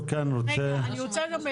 לאפשר לרועי